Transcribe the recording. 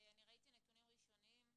אני ראיתי נתונים ראשוניים.